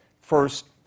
First